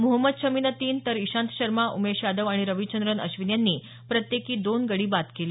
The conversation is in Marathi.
मोहम्मद शमीनं तीन तर इशांत शर्मा उमेश यादव आणि रविचंद्रन अश्वीन यांनी प्रत्येकी दोन गडी बाद केले